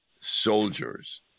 soldiers